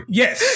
yes